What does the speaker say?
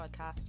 podcast